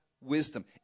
wisdom